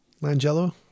Langello